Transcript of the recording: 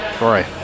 Right